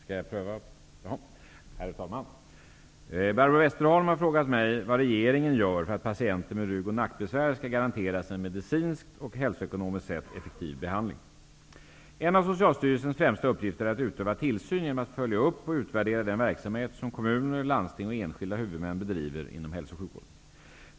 Herr talman! Barbro Westerholm har frågat mig vad regeringen gör för att patienter med rygg och nackbesvär skall garanteras en medicinskt och hälsoekonomiskt sett effektiv behandling. En av Socialstyrelsens främsta uppgifter är att utöva tillsyn genom att följa upp och utvärdera den verksamhet som kommuner, landsting och enskilda huvudmän bedriver inom hälso och sjukvården.